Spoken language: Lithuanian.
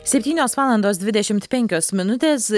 septynios valandos dvidešimt penkios minutės